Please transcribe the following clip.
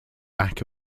back